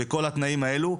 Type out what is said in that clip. וכל התנאים האלה.